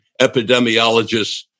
epidemiologists